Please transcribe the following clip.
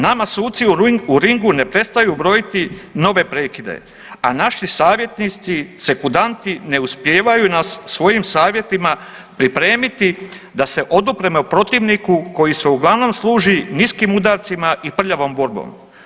Nama suci u ringu ne prestaju brojiti nove prekide, a naši savjetnici sekundanti ne uspijevaju nas svojim savjetima pripremiti da se odupremo protivniku koji se uglavnom služi niskim udarcima i prljavom borbom.